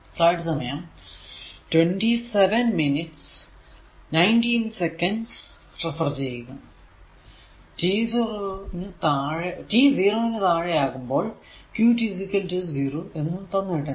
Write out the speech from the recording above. T 0 നു താഴെ ആകുമ്പോൾ qt 0 എന്നത് തന്നിട്ടുണ്ട്